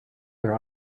their